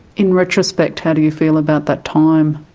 in retrospect how do you feel about that time?